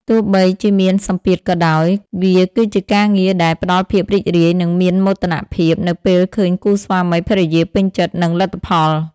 ទោះបីជាមានសម្ពាធក៏ដោយ វាគឺជាការងារដែល ផ្ដល់ភាពរីករាយ និងមានមោទនភាព នៅពេលឃើញគូស្វាមីភរិយាពេញចិត្តនឹងលទ្ធផល។